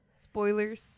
Spoilers